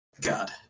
God